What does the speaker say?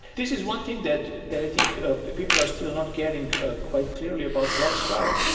this is one thing that that i think people are still not getting ah quite clearly about bloxroute.